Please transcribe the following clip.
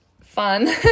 fun